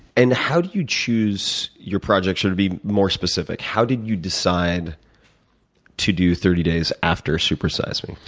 and how do you choose your projects? or to be more specific, how did you decide to do thirty days after super size me?